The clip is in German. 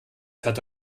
fährt